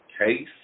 Case